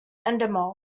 endemol